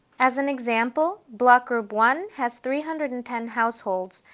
as an example, block group one has three hundred and ten households,